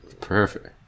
Perfect